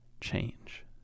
change